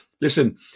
Listen